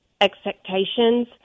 expectations